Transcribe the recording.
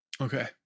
Okay